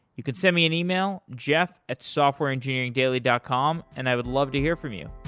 you could send me an email, jeff at softwareengineeringdaily dot com, and i would love to hear from you.